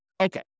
Okay